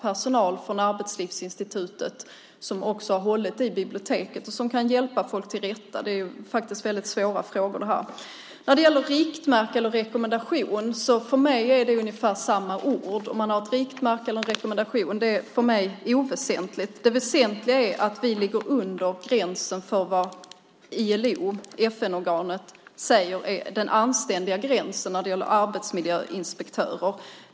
Personal från Arbetslivsinstitutet har också hållit i biblioteket och kunnat hjälpa folk till rätta. Det är faktiskt väldigt svåra frågor det här. Riktmärke eller rekommendation är för mig ungefär samma ord. Om man har ett riktmärke eller en rekommendation är för mig oväsentligt. Det väsentliga är att vi ligger under gränsen för vad ILO, FN-organet, säger är den anständiga gränsen när det gäller arbetsmiljöinspektörer.